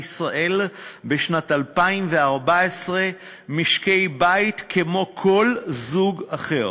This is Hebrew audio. ישראל בשנת 2014 משקי בית כמו כל זוג אחר.